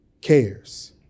cares